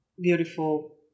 beautiful